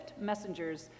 messengers